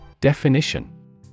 Definition